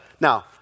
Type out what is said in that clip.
Now